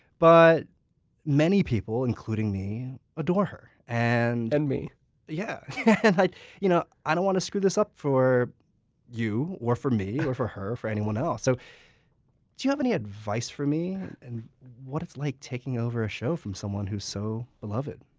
but many people including me adore her. and and yeah you know i don't want to screw this up for you or for me or for her or for anyone else. so do you have any advice for me? and what's it like taking over a show from someone who's so beloved?